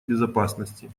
безопасности